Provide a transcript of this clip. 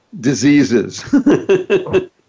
diseases